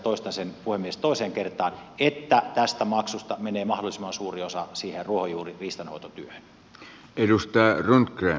toistan sen puhemies toiseen kertaan että tästä maksusta menee mahdollisimman suuri osa ruohonjuuritason riistanhoitotyöhön